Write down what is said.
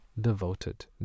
devoted